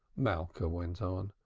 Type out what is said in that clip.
malka went on.